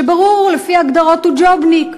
שברור לפי ההגדרות שהוא ג'ובניק,